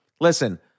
listen